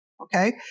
okay